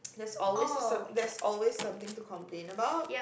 there's always a some there's always something to complain about